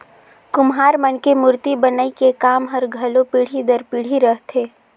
कुम्हार मन के मूरती बनई के काम हर घलो पीढ़ी दर पीढ़ी रहथे